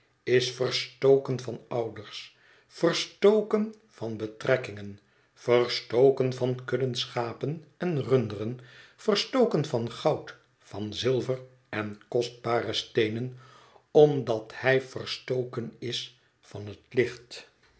is verstoken van ouders verstoken van betrekkingen verstoken van kudden schapen en runderen verstoken van goud van zilver en kostbare steenen omdat hij verstoken is van het licht